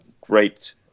great